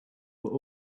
were